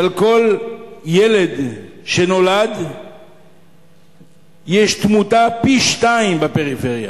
אני רק אומר שעל כל ילד שנולד יש פי-שניים תמותה בפריפריה.